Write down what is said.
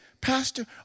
Pastor